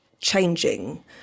changing